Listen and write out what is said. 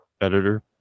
editor